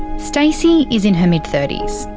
stacey is in her mid thirty s,